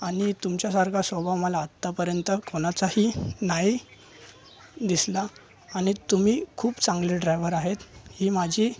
आणि तुमच्यासारखा स्वभाव मला आतापर्यंत कोणाचाही नाही दिसला आणि तुम्ही खूप चांगले ड्रायव्हर आहेत ही माझी